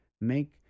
make